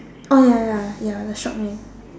oh ya ya ya the shop name